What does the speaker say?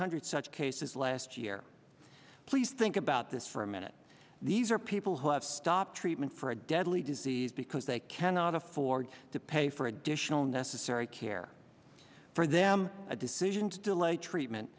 hundred such cases last year please think about this for a minute these are people who have stopped treatment for a deadly disease because they cannot afford to pay for additional necessary care for them a decision to delay treatment